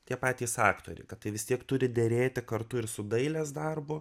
tie patys aktoriai kad tai vis tiek turi derėti kartu ir su dailės darbu